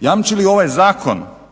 Jamči li ovaj zakon